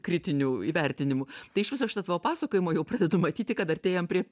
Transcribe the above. kritinių įvertinimų tai iš viso šito tavo pasakojimo jau pradedu matyti kad artėjam prie